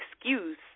excuse